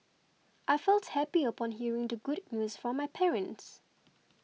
I felt happy upon hearing the good news from my parents